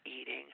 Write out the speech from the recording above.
eating